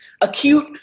acute